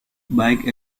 back